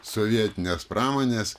sovietinės pramonės